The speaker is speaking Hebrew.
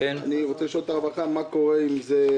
אני רוצה לשאול מה קורה עם זה,